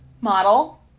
model